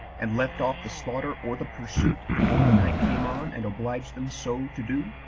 and left off the slaughter or the pursuit before the night came on, and obliged them so to do,